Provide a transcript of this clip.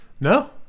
No